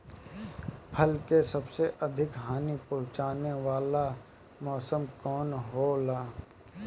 फसल के सबसे अधिक हानि पहुंचाने वाला मौसम कौन हो ला?